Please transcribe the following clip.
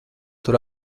tur